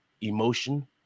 emotion